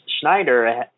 Schneider